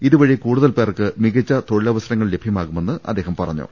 ഇതു വഴി കൂടുതൽ പേർക്ക് മികച്ച തൊഴിലവസരങ്ങൾ ലഭ്യമാകുമെന്ന് അദ്ദേഹം പറഞ്ഞു